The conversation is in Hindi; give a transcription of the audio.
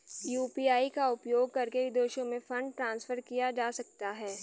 यू.पी.आई का उपयोग करके विदेशों में फंड ट्रांसफर किया जा सकता है?